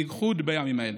בייחוד בימים האלה.